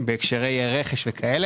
בהקשרי רכש וכו'.